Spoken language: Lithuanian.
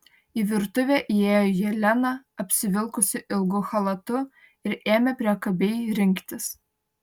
į virtuvę įėjo jelena apsivilkusi ilgu chalatu ir ėmė priekabiai rinktis